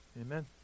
amen